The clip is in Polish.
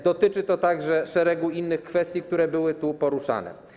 Dotyczy to także szeregu innych kwestii, które były tu poruszane.